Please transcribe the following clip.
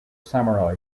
samurai